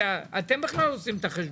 אתם בכלל עושים את החשבון,